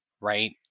right